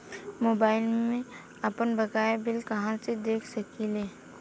Mobile में आपनबकाया bill कहाँसे देख सकिले?